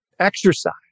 exercise